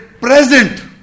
present